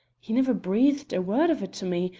he never breathed a word of it to me,